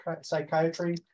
psychiatry